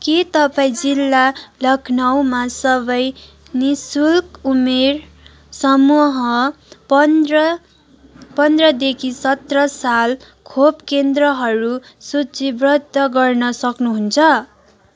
के तपाईँँ जिल्ला लखनउमा सबै नि शुल्क उमेर समूह पन्ध्र पन्ध्र देखि सत्र साल खोप केन्द्रहरू सूचीबद्ध गर्न सक्नुहुन्छ